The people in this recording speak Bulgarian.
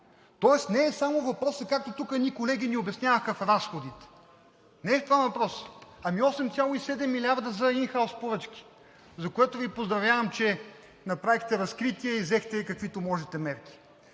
тоест не е само въпросът, както тук едни колеги ни обясняваха – разходите. Не е в това въпросът, а в 8,7 милиарда за ин хаус поръчки, за което Ви поздравявам, че направихте разкритие и взехте каквито можете мерки.